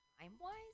time-wise